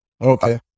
Okay